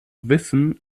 wissen